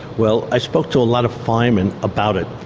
well i spoke to a lot of firemen about it.